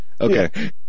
Okay